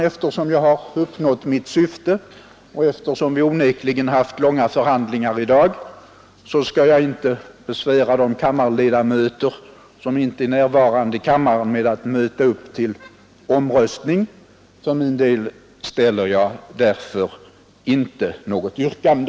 Eftersom jag har uppnått mitt syfte och eftersom vi onekligen har haft långa förhandlingar i dag skall jag inte besvära de ledamöter som inte är närvarande i kammaren med att möta upp till omröstning. För min del ställer jag därför inte något yrkande.